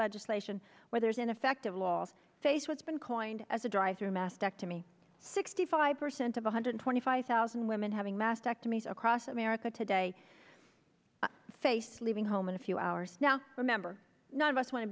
legislation where there's an effective law face what's been coined as a drive through mastectomy sixty five percent of one hundred twenty five thousand women having mastectomies across america today face leaving home in a few hours now remember none of us want to